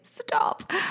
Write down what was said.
stop